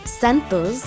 Santos